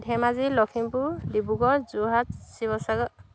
Dhemaji Lakhimpur Dibrugarh Jorhat Sivasagar